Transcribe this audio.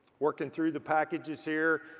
working through the packages here.